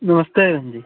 नमस्ते जी